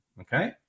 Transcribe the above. Okay